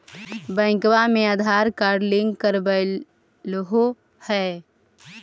बैंकवा मे Aadhaar card link करवैलहो है?